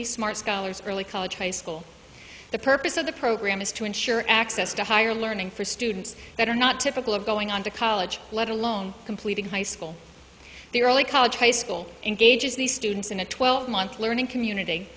schenectady smart scholars early college high school the purpose of the program is to ensure access to higher learning for students that are not typical of going on to college let alone completing high school the early college high school engages the students in a twelve month learning community